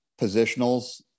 positionals